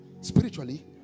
spiritually